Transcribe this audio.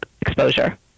exposure